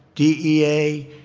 d. e. a,